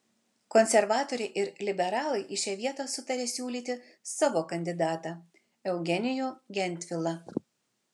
konservatoriai ir liberalai į šią vietą sutarė siūlyti savo kandidatą eugenijų gentvilą